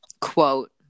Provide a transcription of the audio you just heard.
quote